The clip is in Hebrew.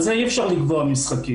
על זה אי אפשר לקבוע משחקים.